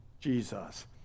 Jesus